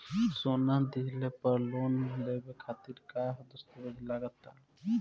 सोना दिहले पर लोन लेवे खातिर का का दस्तावेज लागा ता?